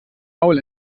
maul